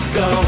go